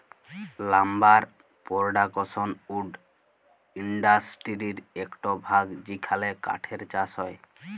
lumber production wood ইন্ডাসটিরির একট ভাগ যেখালে কাঠের চাষ হয়